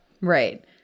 right